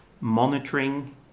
monitoring